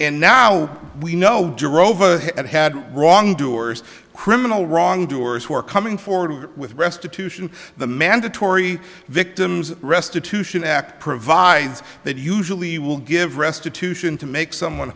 and now we know that had wrongdoers criminal wrongdoers who are coming forward with restitution the mandatory victims restitution act provides that usually will give restitution to make someone